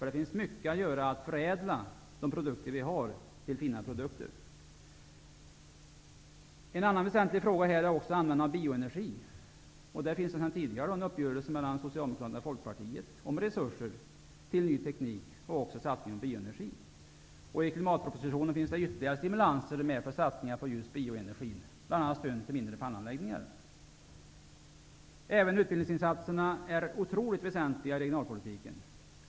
Det finns mycket att göra när det gäller förädling av våra råvaror till fina produkter. En annan väsentlig fråga gäller användningen av bioenergi. Det finns sedan tidigare en uppgörelse mellan Socialdemokraterna och Fokpartiet beträffande resurser till ny teknik och satsningar på bioenergin. I klimatpropositionen finns det ytterligare förslag om stimulanser till satsningar på just bioenergi, bl.a. i form av stöd till mindre pannanläggningar. Även utbildningsinsatserna är otroligt väsentliga i regionalpolitiken.